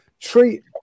Treat